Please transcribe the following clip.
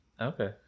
Okay